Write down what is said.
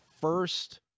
first